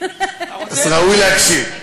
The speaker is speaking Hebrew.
אז ראוי להקשיב.